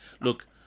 look